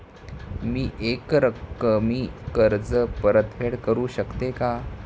मी एकरकमी कर्ज परतफेड करू शकते का?